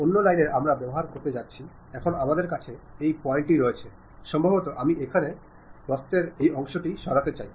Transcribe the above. অন্যান্য লাইন আমরা ব্যবহার করতে যাচ্ছি এখন আমাদের কাছে এই পয়েন্টটি রয়েছে সম্ভবত আমি এখানে বক্রের এই অংশটি সরাতে চাই